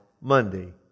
Monday